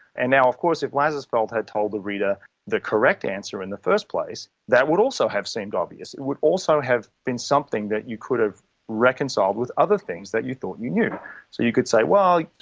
and now of course if lazarsfeld had told the reader the correct answer in the first place, that would also have seemed obvious. it would also have been something that you could have reconciled with other things that you thought you knew. so you could say, well,